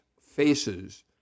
faces